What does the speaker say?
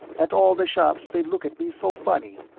at all the shops they look at me so funny,